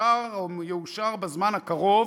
שאושר או יאושר בזמן הקרוב,